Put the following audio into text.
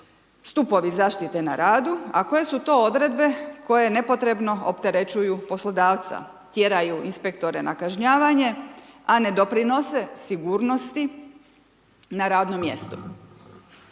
stupovi zaštite na radu, a koje su to odredbe koje nepotrebno opterećuju poslodavca, tjeraju inspektore na kažnjavanje a ne doprinose sigurnosti na radnom mjestu.